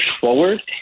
forward